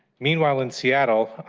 meanwhile in seattle,